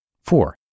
Four